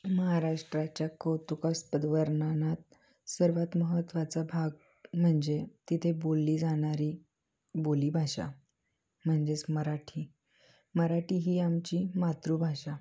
महाराष्ट्राच्या कौतुकास्पद वर्णनात सर्वात महत्त्वाचा भाग म्हणजे तिथे बोलली जाणारी बोली भाषा म्हणजेच मराठी मराठी ही आमची मातृभाषा